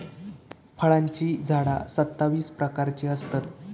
फळांची झाडा सत्तावीस प्रकारची असतत